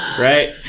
Right